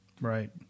Right